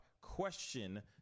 question